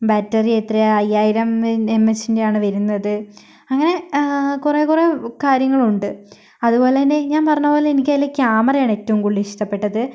battery എത്രയാ അയ്യായിരം M എച്ചിൻ്റെയാണ് വരുന്നത് അങ്ങനെ കുറേ കുറേ കാര്യങ്ങളുണ്ട് അതുപോലെ തന്നെ ഞാൻ പറഞ്ഞ പോലെ എനിക്ക് അതിൽ ക്യാമറയാണ് ഏറ്റവും കൂടുതലിഷ്ടപ്പെട്ടത്